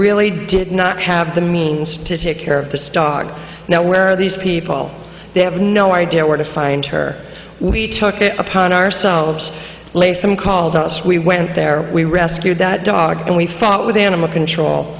really did not have the means to take care of the dog now where these people they have no idea where to find her we took it upon ourselves late them called us we went there we were rescued that dog and we fought with animal control